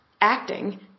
acting